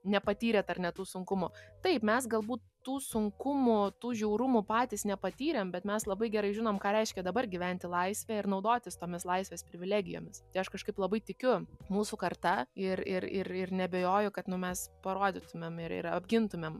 nepatyrėt ar ne tų sunkumų tai mes galbūt tų sunkumų tų žiaurumų patys nepatyrėm bet mes labai gerai žinom ką reiškia dabar gyventi laisvėje ir naudotis tomis laisvės privilegijomis tai aš kažkaip labai tikiu mūsų karta ir ir ir ir neabejoju kad nu mes parodytumėm ir ir apgintumėm